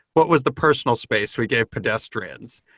what was the personal space we gave pedestrians?